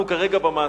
אנחנו כרגע במעשה.